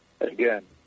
Again